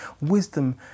wisdom